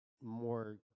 more